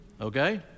okay